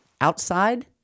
outside